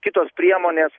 kitos priemonės